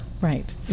right